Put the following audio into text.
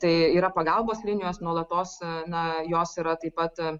tai yra pagalbos linijos nuolatos na jos yra taip pat